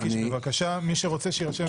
חבל לי שאני לא רואה